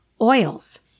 oils